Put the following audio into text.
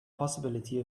possibility